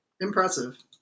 impressive